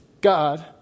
God